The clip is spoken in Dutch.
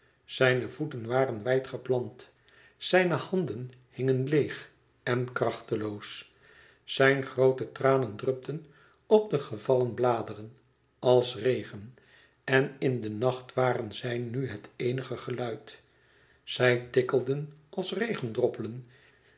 zijne voeten waren wijd geplant zijne handen hingen leêg en krachteloos zijn groote tranen drupten op de gevallen bladeren als regen en in de nacht waren zij nu het eenige geluid zij tikkelden als